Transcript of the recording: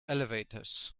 elevators